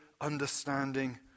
understanding